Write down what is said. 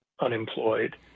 unemployed